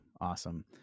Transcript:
Awesome